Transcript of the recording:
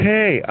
Hey